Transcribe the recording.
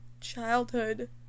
childhood